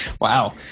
Wow